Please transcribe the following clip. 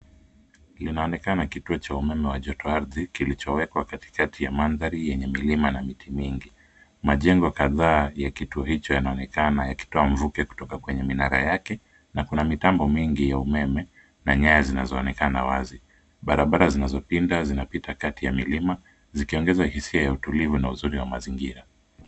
Linaonekana kituo cha umeme ya jotoardhi kilichowekwa katikati ya mandhari yenye milima na miti mingi. Majengo kadhaa ya kituo hicho yanaonekana yakitoa mvuke kutoka kwenye minara yake na kuna mitambo mingi ya umeme na nyaya zinazonekana wazi. Barabara zinazopinda zinapita kati ya milima zikiongeza hisia ya utulivu na uzuri wa mazingira.